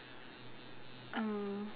um